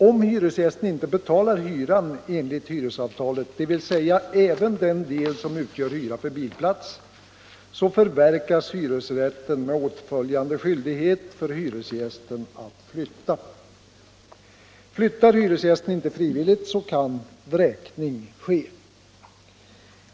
Om hyresgästen inte betalar hyran enligt hyresavtalet, dvs. även den del som utgör hyra för bilplats, förverkas hyresrätten med åtföljande skyldighet för hyresgästen att flytta. Flyttar hyresgästen inte frivilligt, kan vräkning ske.